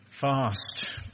fast